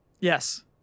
Yes